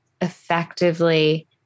effectively